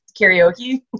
Karaoke